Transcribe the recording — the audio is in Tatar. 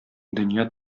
дөнья